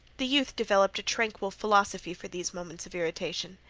the youth developed a tranquil philosophy for these moments of irritation.